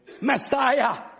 Messiah